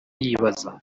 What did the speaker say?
yibaza